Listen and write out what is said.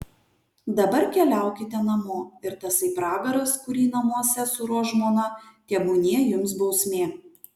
dabar keliaukite namo ir tasai pragaras kurį namuose suruoš žmona tebūnie jums bausmė